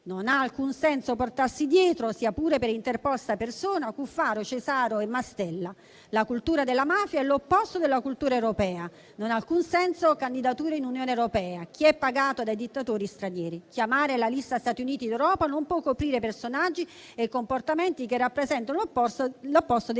«Non ha alcun senso portarsi dietro, sia pure per interposta persona, Cuffaro, Cesaro e Mastella. La cultura della mafia è l'opposto della cultura europea. Non ha alcun senso candidare in UE […] chi è pagato da dittatori stranieri. Chiamare la lista Stati Uniti d'Europa non può coprire personaggi e comportamenti che rappresentano l'opposto dei valori